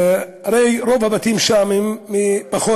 הרי רוב הבתים שם הם מפחונים,